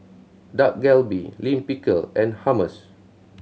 Dak Galbi Lime Pickle and Hummus